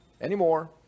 anymore